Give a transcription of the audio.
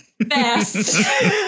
best